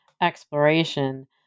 exploration